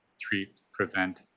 treat, prevent,